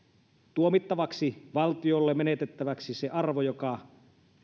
tuomita valtiolle menetettäväksi se arvo joka